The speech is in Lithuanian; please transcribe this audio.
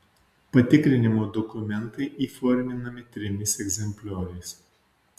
patikrinimo dokumentai įforminami trimis egzemplioriais